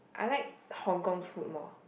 I like Hong-Kong food more